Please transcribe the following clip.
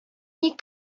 ник